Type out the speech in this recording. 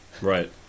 Right